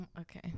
Okay